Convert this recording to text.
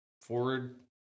forward